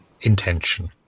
intention